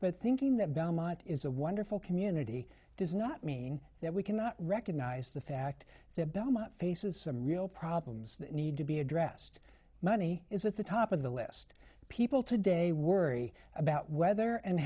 but thinking that belmont is a wonderful community does not mean that we cannot recognize the fact that belmont faces some real problems that need to be addressed money is at the top of the list people today worry about whether and